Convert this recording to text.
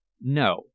No